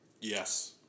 Yes